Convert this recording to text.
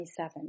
27